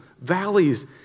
valleys